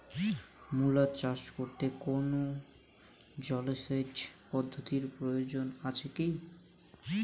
মূলা চাষ করতে কোনো জলসেচ পদ্ধতির প্রয়োজন আছে কী?